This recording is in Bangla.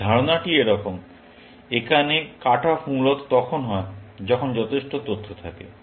ধারণাটি এরকম একটি কাট অফ মূলত তখন হয় যখন যথেষ্ট তথ্য থাকে